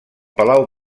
palau